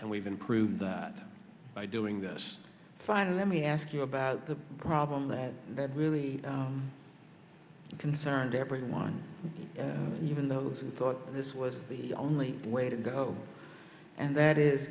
and we've been proved that by doing this fine let me ask you about the problem that that really concerned everyone even those who thought this was the only way to go and that is